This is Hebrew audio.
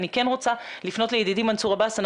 אני כן רוצה לפנות לידידי מנסור עבאס,